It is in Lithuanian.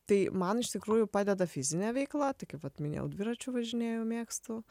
tai man iš tikrųjų padeda fizinė veikla taip kaip vat minėjau dviračiu važinėju mėgstu